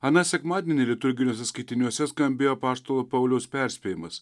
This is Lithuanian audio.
aną sekmadienį liturginiuose skaitiniuose skambėjo apaštalo pauliaus perspėjimas